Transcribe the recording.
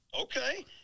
Okay